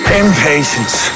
impatience